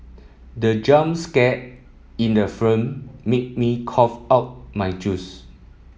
the jump scare in the made me cough out my juice